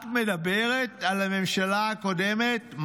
את מדברת על הממשלה הקודמת?